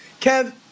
Kev